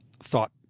thought